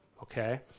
Okay